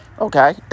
Okay